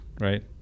right